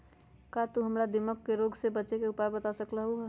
का तू हमरा दीमक के रोग से बचे के उपाय बता सकलु ह?